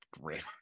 Great